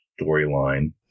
storyline